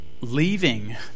leaving